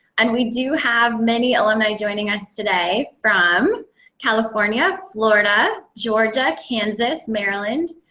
and we do have many alumni joining us today from california, florida, georgia, kansas, maryland,